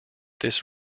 this